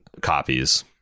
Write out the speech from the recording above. copies